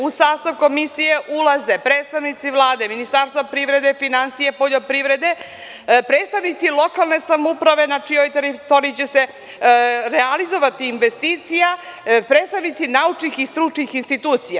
U sastav komisije ulaze predstavnici Vlade, ministarstva privrede, finansija i poljoprivrede, predstavnici lokalne samouprave na čijoj teritoriji će se realizovati investicija, predstavnici naučnih i stručnih institucija.